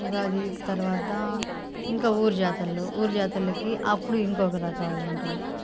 ఉగాది తరవాత ఇంకా ఊరు జాతర్లు ఊరు జాతర్లకి అప్పుడు ఇంకొక రకాల వంటలు